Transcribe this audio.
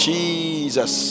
Jesus